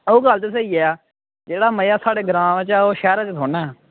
ओह् गल्ल ते स्हेई ऐ जेह्ड़ा मज़ा साढ़े ग्रां च ऐ ओह् शैह्रें च थोह्ड़े ना ऐ